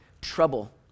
trouble